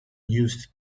used